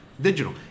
digital